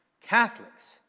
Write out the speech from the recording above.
Catholics